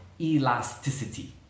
elasticity